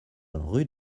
rue